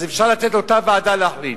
אז אפשר לתת לאותה ועדה להחליט.